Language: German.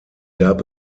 gab